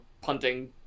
punting